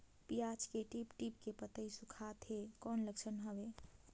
पियाज के टीप टीप के पतई सुखात हे कौन लक्षण हवे?